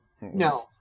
No